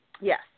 Yes